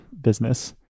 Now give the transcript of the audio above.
business